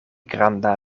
granda